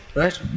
right